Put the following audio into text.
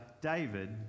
David